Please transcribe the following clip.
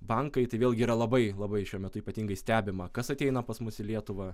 bankai tai vėlgi yra labai labai šiuo metu ypatingai stebima kas ateina pas mus į lietuvą